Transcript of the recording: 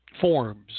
forms